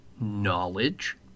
knowledge